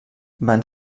van